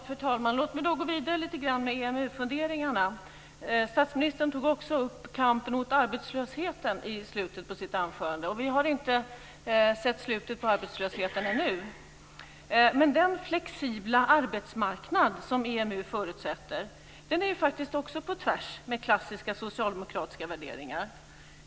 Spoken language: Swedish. Fru talman! Låt mig då gå vidare lite grann med EMU-funderingarna! Statsministern tog också upp kampen mot arbetslösheten i slutet av sitt anförande. Vi har inte sett slutet på arbetslösheten ännu. Men den flexibla arbetsmarknad som EMU förutsätter är faktiskt också på tvärs med klassiska socialdemokratiska värderingar.